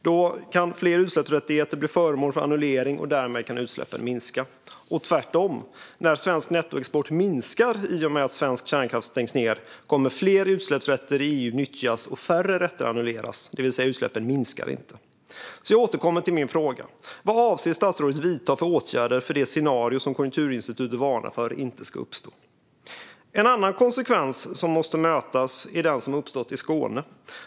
Då kan fler utsläppsrättigheter bli föremål för annullering och därmed kan utsläppen minska och tvärtom: När svensk nettoexport minskar i och med att svensk kärnkraft stängs ned kommer fler utsläppsrätter i EU att nyttjas och färre rätter annulleras, det vill säga att utsläppen inte minskar. Jag återkommer därför till min fråga: Vad avser statsrådet att vidta för åtgärder för att det scenario som Konjunkturinstitutet varnar för inte ska uppstå? En annan konsekvens som måste mötas är den som har uppstått i Skåne.